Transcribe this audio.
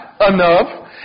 enough